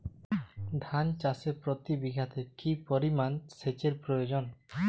ধান চাষে প্রতি বিঘাতে কি পরিমান সেচের প্রয়োজন?